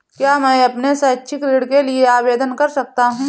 क्या मैं अपने शैक्षिक ऋण के लिए आवेदन कर सकता हूँ?